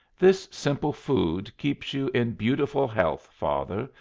this simple food keeps you in beautiful health, father,